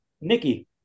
Nikki